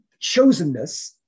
chosenness